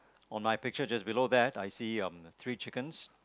on my picture just below that I see um three chickens